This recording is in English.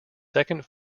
second